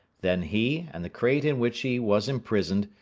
then he, and the crate in which he was imprisoned,